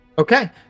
okay